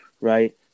Right